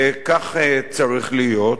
וכך צריך להיות.